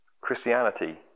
Christianity